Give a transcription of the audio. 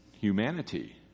humanity